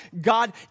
God